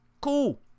Cool